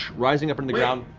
rising up from the ground,